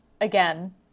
again